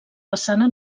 façana